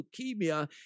leukemia